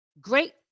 Great